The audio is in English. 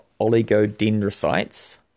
oligodendrocytes